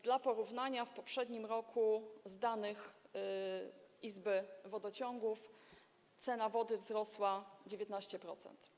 Dla porównania w poprzednim roku - z danych izby wodociągów - cena wody wzrosła: 19%.